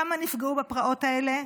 כמה נפגעו בפרעות האלה?